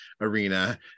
arena